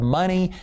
money